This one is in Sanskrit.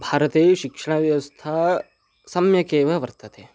भारते शिक्षणव्यवस्था सम्यकेव वर्तते